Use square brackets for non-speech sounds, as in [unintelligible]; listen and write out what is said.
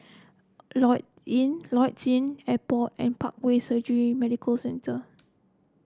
Lloyds Inn [unintelligible] [unintelligible] Airport and Parkway Surgery Medical Centre